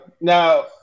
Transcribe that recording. Now